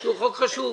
שהוא חוק חשוב.